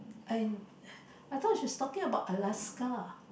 I I thought she was talking about Alaska